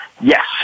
yes